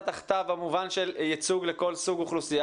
תחתיו במובן של ייצוג לכל סוג אוכלוסייה,